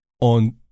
on